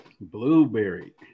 Blueberry